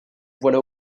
voilà